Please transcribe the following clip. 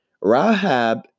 Rahab